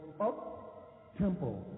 up-tempo